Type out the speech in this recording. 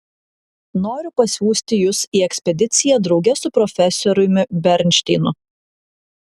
noriu pasiųsti jus į ekspediciją drauge su profesoriumi bernšteinu